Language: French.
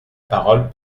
parole